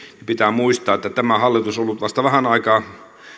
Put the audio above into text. pitää muistaa että tämä hallitus on ollut vasta vähän aikaa